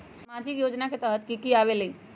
समाजिक योजना के तहद कि की आवे ला?